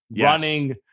running